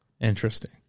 Interesting